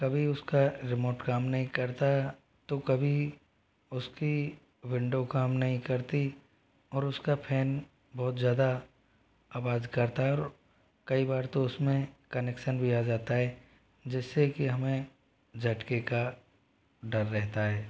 तभी उसका रिमोट काम नहीं करता तो कभी उसकी विंडो काम नहीं करती और उसका फैन बहुत ज़्यादा आवाज करता है और कई बार तो उसमें कनेक्शन भी आ जाता है जिससे कि हमें झटके का डर रहता है